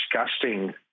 disgusting